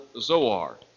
Zoar